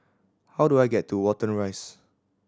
how do I get to Watten Rise